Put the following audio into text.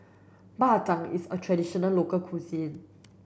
Bak Chang is a traditional local cuisine